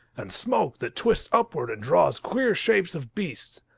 and smoke that twists upwards and draws queer shapes of beasts.